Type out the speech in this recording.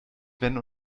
wenn